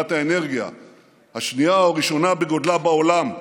חברת האנרגיה השנייה או הראשונה בגודלה בעולם,